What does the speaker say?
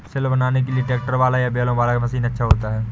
सिल बनाने के लिए ट्रैक्टर वाला या बैलों वाला मशीन अच्छा होता है?